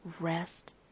rest